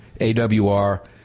AWR